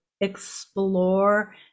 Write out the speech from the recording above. explore